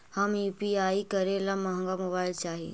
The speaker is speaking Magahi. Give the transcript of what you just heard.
हम यु.पी.आई करे ला महंगा मोबाईल चाही?